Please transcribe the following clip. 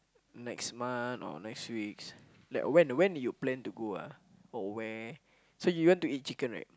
next month or next weeks like when when you plan to go ah or where so you want to eat chicken right